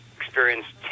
experienced